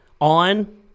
on